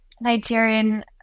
Nigerian